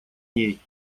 ней